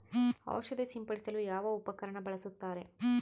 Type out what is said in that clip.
ಔಷಧಿ ಸಿಂಪಡಿಸಲು ಯಾವ ಉಪಕರಣ ಬಳಸುತ್ತಾರೆ?